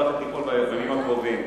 ההחלטה הולכת ליפול בימים הקרובים.